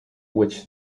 which